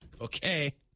okay